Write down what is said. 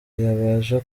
yabasha